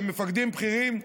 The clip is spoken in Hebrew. ומפקדים בכירים.